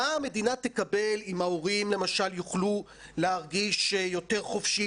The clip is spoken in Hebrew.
מה המדינה תקבל אם ההורים למשל יוכלו להרגיש יותר חופשיים